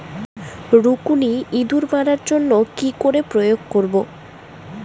রুকুনি ইঁদুর মারার জন্য কি করে প্রয়োগ করব?